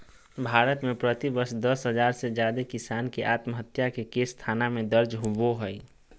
भारत में प्रति वर्ष दस हजार से जादे किसान के आत्महत्या के केस थाना में दर्ज होबो हई